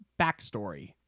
backstory